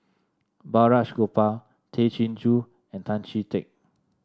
Balraj Gopal Tay Chin Joo and Tan Chee Teck